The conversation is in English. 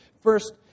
First